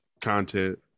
content